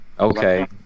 Okay